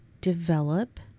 Develop